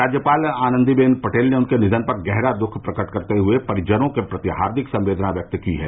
राज्यपाल आनंदी बेन पटेल ने उनके निधन पर गहरा दुःख प्रकट करते हुए परिजनों के प्रति हार्दिक संवेदना वयक्त की है